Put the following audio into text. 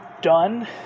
done